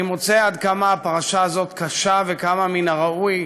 אני מוצא עד כמה הפרשה הזאת קשה וכמה מן הראוי,